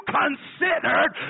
considered